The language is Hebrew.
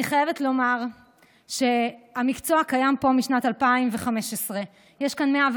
אני חייבת לומר שהמקצוע קיים פה משנת 2015. יש כאן 110